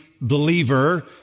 believer